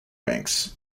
ranks